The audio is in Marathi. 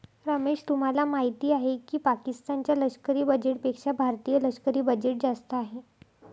रमेश तुम्हाला माहिती आहे की पाकिस्तान च्या लष्करी बजेटपेक्षा भारतीय लष्करी बजेट जास्त आहे